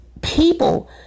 people